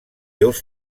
déus